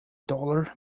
dollar